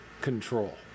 control